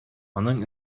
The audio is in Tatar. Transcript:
аның